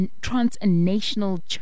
transnational